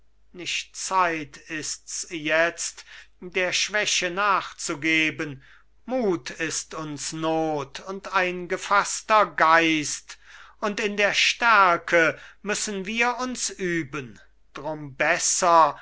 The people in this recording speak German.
nicht zeit ists jetzt der schwäche nachzugeben mut ist uns not und ein gefaßter geist und in der stärke müssen wir uns üben drum besser